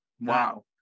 Wow